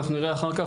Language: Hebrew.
אנחנו נראה אחר כך,